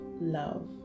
Love